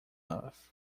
earth